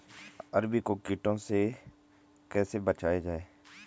अरबी को कीटों से कैसे बचाया जाए?